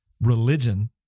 religion